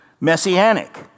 messianic